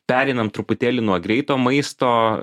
pereinam truputėlį nuo greito maisto